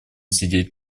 сидеть